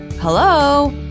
hello